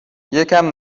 یکم